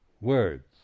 words